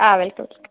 ആ വെൽക്കം